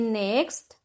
next